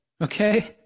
okay